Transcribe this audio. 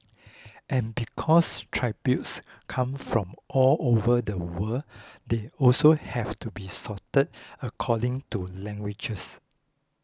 and because tributes come from all over the world they also have to be sorted according to languages